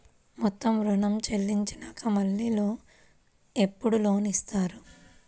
మొత్తం ఋణం చెల్లించినాక మళ్ళీ ఎప్పుడు లోన్ ఇస్తారు?